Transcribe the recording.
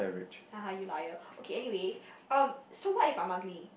ha ha you liar okay anyway um so what if I'm ugly